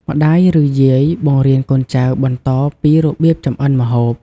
ម្ដាយ ឬ យាយបង្រៀនកូនចៅបន្តពីរបៀបចម្អិនម្ហូប។